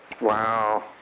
Wow